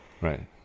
right